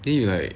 then you like